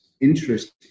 interest